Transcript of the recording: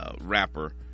rapper